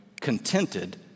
contented